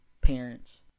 parents